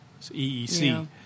EEC